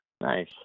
Nice